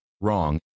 wrong